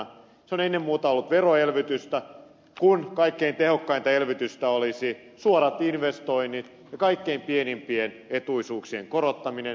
se on ennen muuta ollut veroelvytystä kun kaikkein tehokkainta elvytystä olisivat suorat investoinnit ja kaikkein pienimpien etuisuuksien korottaminen